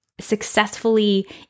successfully